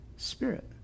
spirit